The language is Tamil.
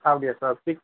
அப்படியா சார் ஸ்பீக்